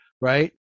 right